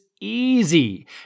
Easy